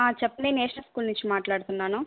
ఆ చెప్పండి national school నుంచి మాట్లాడుతున్నాను